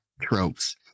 tropes